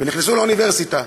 ונכנסו לאוניברסיטה.